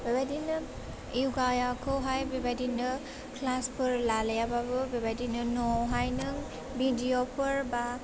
बेबायदिनोम यगायाखौहाय बे बायदिनो क्लासफोर लालायाबाबो बे बायदिनो न'आहाय नों भिडिअफोर बा